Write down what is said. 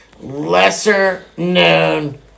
lesser-known